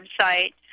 website